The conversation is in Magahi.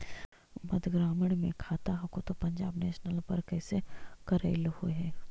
मध्य ग्रामीण मे खाता हको तौ पंजाब नेशनल पर कैसे करैलहो हे?